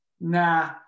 nah